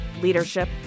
leadership